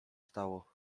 stało